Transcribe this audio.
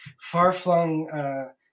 far-flung